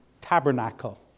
tabernacle